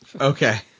Okay